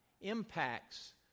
impacts